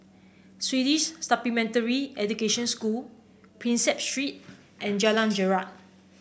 Swedish Supplementary Education School Prinsep Street and Jalan Jarak